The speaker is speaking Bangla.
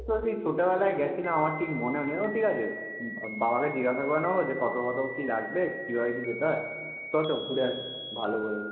তো সেই ছোটোবেলায় গেছিলাম আমার ঠিক মনেও নেই ও ঠিক আছে বাবাকে জিজ্ঞেস করে নেবো যে কতো কতো কী লাগবে কীভাবে কী যেতে হয় চ চ ঘুরে আসি ভালো বললি